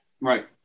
Right